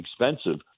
expensive